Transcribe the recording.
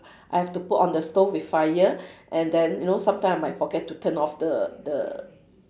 I have to put on the stove with fire and then you know sometime I might forget to turn off the the